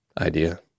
idea